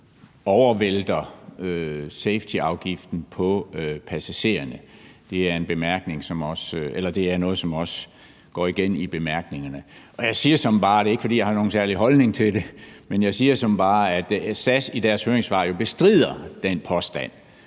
overvælter safetyafgiften på passagererne. Det er noget, som også går igen i bemærkningerne, og jeg siger såmænd bare – og det er ikke, fordi jeg har